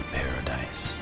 paradise